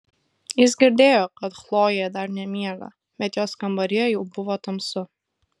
jis girdėjo kad chlojė dar nemiega bet jos kambaryje jau buvo tamsu